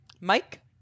Mike